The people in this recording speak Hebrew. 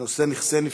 בנושא נכסי נפקדים.